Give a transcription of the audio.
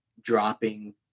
dropping